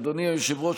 אדוני היושב-ראש,